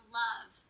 love